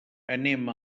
anem